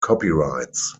copyrights